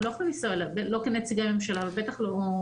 אנחנו לא יכולים לנסוע אליה לא כנציגי ממשלה ולא בשום צורה אחרת.